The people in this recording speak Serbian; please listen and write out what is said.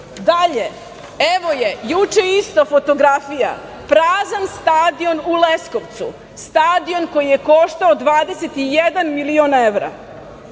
trave. Dalje, evo je, juče isto fotografija, prazan stadion u Leskovcu, stadion koji je koštao 21 milion evra,